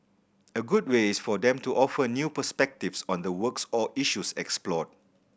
a good way is for them to offer new perspectives on the works or issues explored